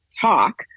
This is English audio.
talk